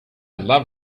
love